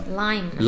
lime